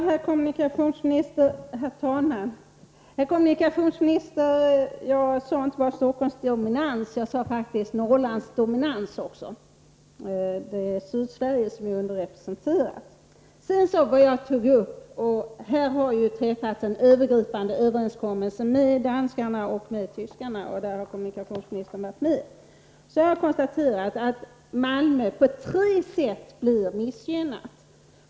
Herr talman! Jag talade, herr kommunikationsminister, inte bara om Stockholmsdominans utan faktiskt också om Norrlandsdominans. Sydsverige är underrepresenterat. Det har ju träffats en övergripande överenskommelse med danskarna och med tyskarna, och här har kommunikationsministern varit med. Jag har konstaterat att Malmö blir missgynnat på tre sätt.